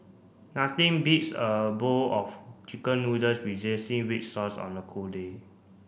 nothing beats a bowl of chicken noodles with red sauce on a cold day